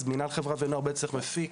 מינהל חברה ונוער מפיק